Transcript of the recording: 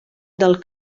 del